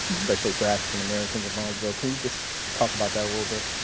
especially for african americans of bronzeville, can you just talk about that a little bit?